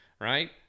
right